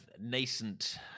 nascent